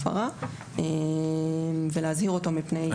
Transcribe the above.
ההפרה ולהזהיר אותו מפני כניסה לטווח האזהרה.